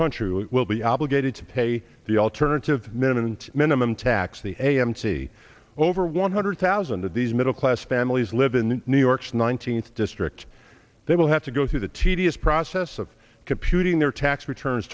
country will be obligated to pay the alternative minimum minimum tax the a m t over one hundred thousand of these middle class families live in new york nineteenth district they will have to go through the tedious process of computing their tax returns